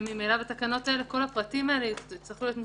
וממילא בתקנות האלה כל הפרטים האלה צריכים להיות מוסדרים.